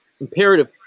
imperative